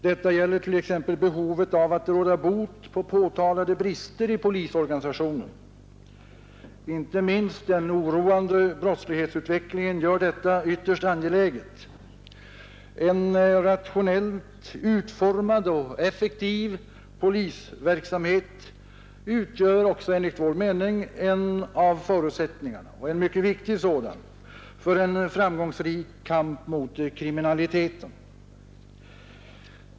Detta gäller t.ex. behovet av att råda bot på påtalade brister i polisorganisationen. Inte minst den oroande brottslighetsutvecklingen gör detta ytterst angeläget. En rationellt utformad och effektiv polisverksamhet utgör också enligt vår mening en av förutsättningarna och en mycket viktig sådan för en framgångsrik kamp mot kriminaliteten.